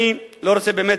אני לא רוצה באמת,